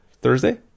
Thursday